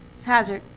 hazard.